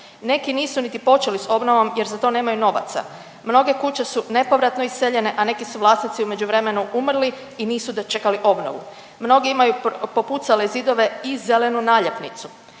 Neki nisu niti počeli s obnovom jer za to nemaju novaca. Mnoge kuće su nepovratno iseljene, a neki su vlasnici u međuvremenu umrli i nisu dočekali obnovu. Mnogi imaju popucale zidove i zelenu naljepnicu.